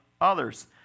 others